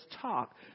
talk